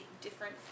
different